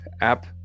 app